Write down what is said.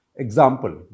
Example